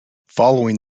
following